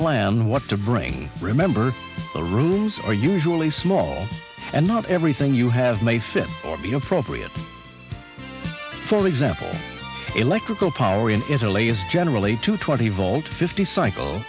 plan what to bring remember the rooms are usually small and not everything you have made since or be appropriate for example electrical power in italy is general a two twenty volt fifty cycle